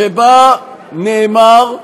שבה נאמר,